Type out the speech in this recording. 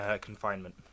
confinement